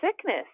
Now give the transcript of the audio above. sickness